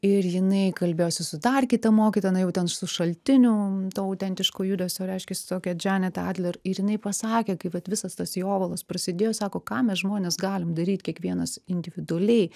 ir jinai kalbėjosi su dar kita mokytoja na jau ten su šaltiniu to autentiško judesio reiškiasi tokia džaneta adler ir jinai pasakė kai vat visas tas jovalas prasidėjo sako ką mes žmonės galim daryt kiekvienas individualiai